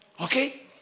Okay